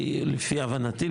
כי לפי הבנתי,